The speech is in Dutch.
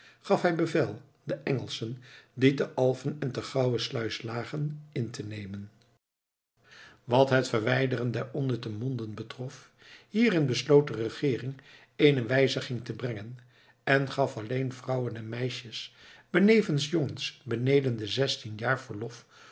gaf hij bevel de engelschen die te alfen en te gouwesluis lagen in te nemen wat het verwijderen der onnutte monden betrof hierin besloot de regeering eene wijziging te brengen en gaf alleen vrouwen en meisjes benevens jongens beneden de zestien jaar verlof